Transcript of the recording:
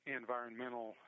environmental